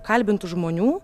kalbintų žmonių